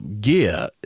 Gear